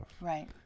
Right